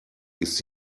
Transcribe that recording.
ist